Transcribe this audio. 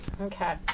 Okay